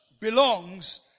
belongs